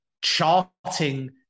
charting